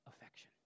affection